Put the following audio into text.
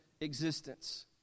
existence